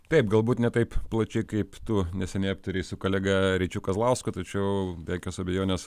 taip galbūt ne taip plačiai kaip tu neseniai aptarei su kolega ryčiu kazlausku tačiau be jokios abejonės